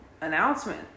announcement